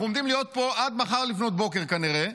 אנחנו עומדים להיות פה עד מחר לפנות בוקר, כנראה,